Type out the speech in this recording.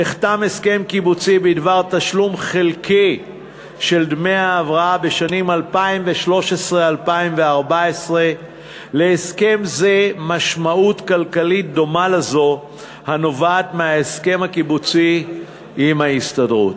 נחתם הסכם קיבוצי בדבר תשלום חלקי של דמי ההבראה בשנים 2013 2014. להסכם זה משמעות כלכלית דומה לזו הנובעת מההסכם הקיבוצי עם ההסתדרות.